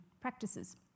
practices